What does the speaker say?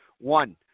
one